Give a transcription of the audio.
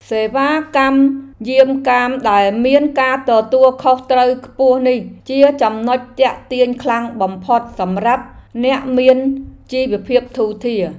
សេវាកម្មយាមកាមដែលមានការទទួលខុសត្រូវខ្ពស់នេះជាចំណុចទាក់ទាញខ្លាំងបំផុតសម្រាប់អ្នកមានជីវភាពធូរធារ។